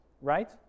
right